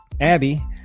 Abby